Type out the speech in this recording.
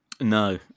No